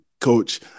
coach